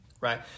right